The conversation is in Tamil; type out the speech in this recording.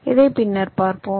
இதை பின்னர் பார்ப்போம்